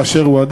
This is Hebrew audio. באשר הוא.